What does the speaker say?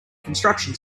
construction